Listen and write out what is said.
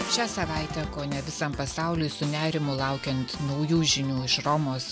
šią savaitę kone visam pasauliui su nerimu laukiant naujų žinių iš romos